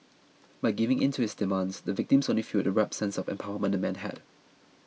by giving in to his demands the victim only fuelled the warped sense of empowerment the man had